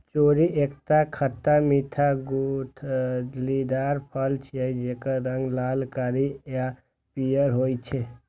cherry एकटा खट्टा मीठा गुठलीदार फल छियै, जेकर रंग लाल, कारी आ पीयर होइ छै